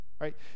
right